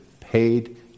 paid